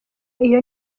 iyo